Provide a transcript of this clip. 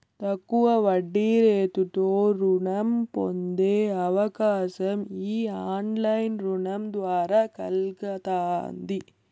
తక్కువ వడ్డీరేటుతో రుణం పొందే అవకాశం ఈ ఆన్లైన్ రుణం ద్వారా కల్గతాంది